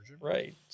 Right